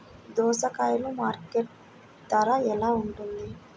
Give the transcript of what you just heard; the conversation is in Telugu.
దోసకాయలు మార్కెట్ ధర ఎలా ఉంటుంది?